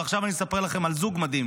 ועכשיו אני אספר לכם על זוג מדהים